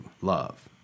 love